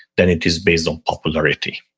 than it is based on popularity,